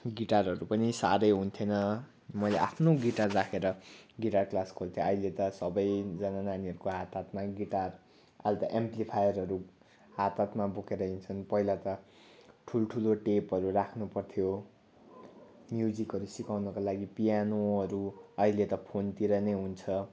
गिटारहरू पनि साह्रै हुन्थेन मैले आफ्नो गिटार राखेर गिटार क्लास खोल्थेँ अहिले त सबैजना नानीहरूको हातहातमा गिटार अहिले त एम्प्लीफायरहरू हात हातमा बोकेर हिँड्छन् पहिला त ठुल्ठुलो टेपहरू राख्नुपर्थ्यो म्युजिकहरू सिकाउनुको लागि पियानोहरू अहिले त फोनतिर नै हुन्छ